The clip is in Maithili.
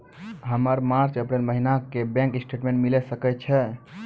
हमर मार्च अप्रैल महीना के बैंक स्टेटमेंट मिले सकय छै?